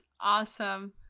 awesome